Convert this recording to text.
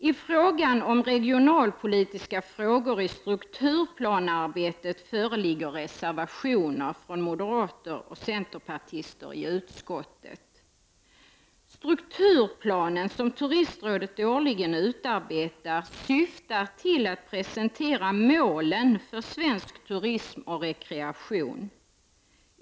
I frågan om regionalpolitiska frågor i strukturplanearbetet föreligger reservationer från moderater och centerpartister i utskottet. Strukturplanen, som turistrådet årligen utarbetar, syftar till att presentera målen för svensk turism och rekreation.